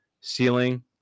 ceiling